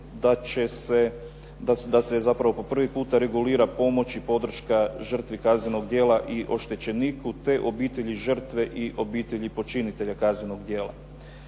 da se zapravo po prvi puta regulira pomoć i podrška žrtvi kaznenog djela i oštećeniku te obitelji žrtve i obitelji počinitelja kaznenog djela.